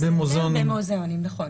במוזיאונים.